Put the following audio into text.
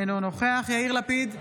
אינו נוכח יאיר לפיד,